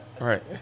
Right